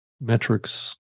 metrics